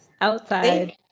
outside